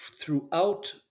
Throughout